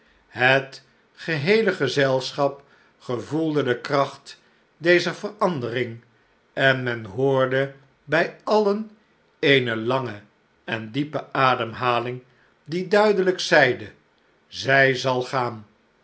het geheele gezelschap gevoelde de kracht dezer verandering en men hoorde bij alien eene lange en diepe ademhaling die duidelijk zeide zij zal gaan